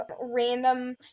random